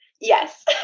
Yes